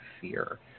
fear